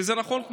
וזה נכון,